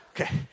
Okay